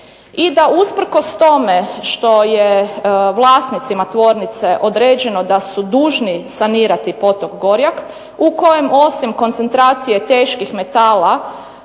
i da usprkos tome što je vlasnicima tvornice da su dužni sanirati potok Gorjak u kojem osim koncentracije teških metala